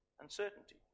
uncertainty